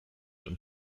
und